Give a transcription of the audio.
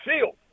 field